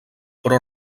però